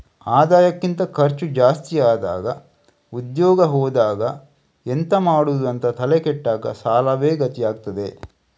ಆದಾಯಕ್ಕಿಂತ ಖರ್ಚು ಜಾಸ್ತಿ ಆದಾಗ ಉದ್ಯೋಗ ಹೋದಾಗ ಎಂತ ಮಾಡುದು ಅಂತ ತಲೆ ಕೆಟ್ಟಾಗ ಸಾಲವೇ ಗತಿ ಆಗ್ತದೆ